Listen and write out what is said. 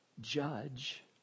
judge